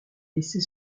laisser